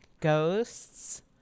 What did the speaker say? Ghosts